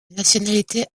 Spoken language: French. nationalité